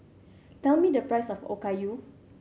tell me the price of Okayu